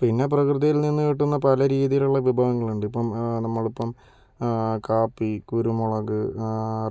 പിന്നെ പ്രകൃതിയിൽ നിന്ന് കിട്ടുന്ന പല രീതിയിലുള്ള വിഭവങ്ങൾ ഉണ്ട് ഇപ്പോൾ നമ്മൾ ഇപ്പോൾ കാപ്പി കുരുമുളക്